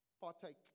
partake